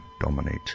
dominate